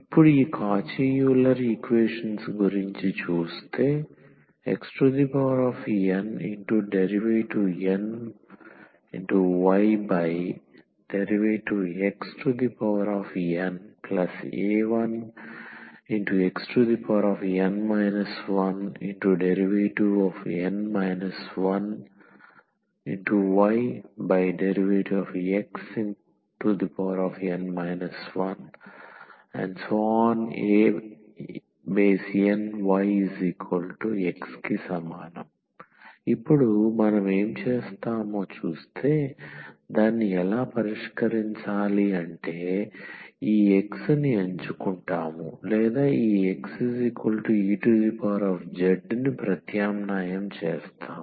ఇప్పుడు ఈ Cauchy Euler equation గురించి చూస్తే xndnydxna1xn 1dn 1ydxn 1anyX ఇప్పుడు మనం ఏమి చేస్తామో చూస్తే దాన్ని ఎలా పరిష్కరించాలి అంటే మనం ఈ x ని ఎంచుకుంటాము లేదా ఈ xez ని ప్రత్యామ్నాయం చేస్తాము